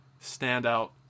standout